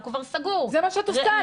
הוא כבר סגור --- זה מה שאת עושה,